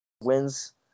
wins